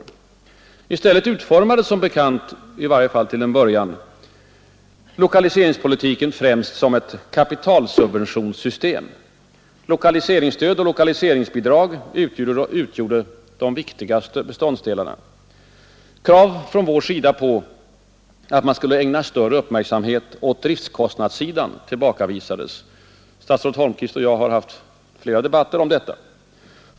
I stället utformades lokaliseringspolitiken som bekant, i varje fall till en början, främst som ett kapitalsubventionssystem. Lokaliseringsstöd och lokaliseringsbidrag utgjorde dess viktigaste beståndsdelar. Krav från vår sida att man skulle ägna större uppmärksamhet åt driftkostnadssidan tillbakavisades. Statsrådet Holmqvist och jag har fört flera debatter om detta.